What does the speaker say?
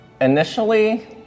Initially